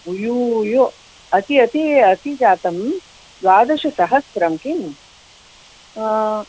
अयो अयो अति अति अति जातं द्वादशसहस्रं किम्